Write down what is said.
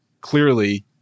clearly